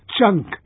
chunk